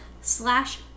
slash